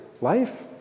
Life